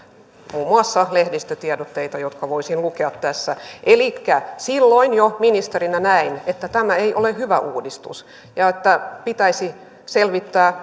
muun muassa myös lehdistötiedotteita jotka voisin lukea tässä elikkä silloin jo ministerinä näin että tämä ei ole hyvä uudistus ja että pitäisi selvittää